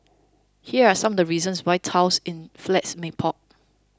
here are some the reasons why tiles in flats may pop